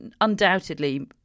Undoubtedly